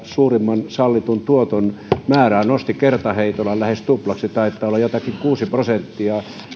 nosti suurimman sallitun tuoton määrää kertaheitolla lähes tuplaksi taitaa olla jotakin kuusi prosenttia